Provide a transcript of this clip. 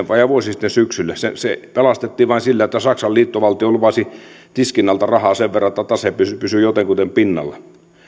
vajaa vuosi sitten syksyllä se se pelastettiin vain sillä että saksan liittovaltio lupasi tiskin alta rahaa sen verran että tase pysyi pysyi jotenkuten pinnalla